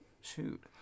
Shoot